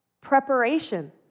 Preparation